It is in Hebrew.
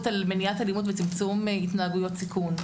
על מניעת אלימות וצמצום התנהגויות סיכון.